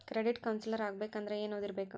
Credit counsellor ಆಗ್ಬೇಕಂದ್ರ ಏನ್ ಓದಿರ್ಬೇಕು?